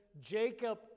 Jacob